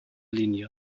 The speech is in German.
linie